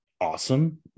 awesome